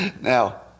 Now